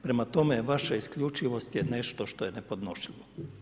Prema tome, vaša isključivost je nešto što je nepodnošljivo.